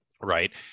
right